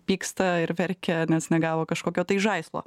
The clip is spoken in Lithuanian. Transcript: pyksta ir verkia nes negavo kažkokio tai žaislo